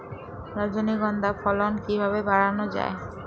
রজনীগন্ধা ফলন কিভাবে বাড়ানো যায়?